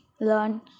learn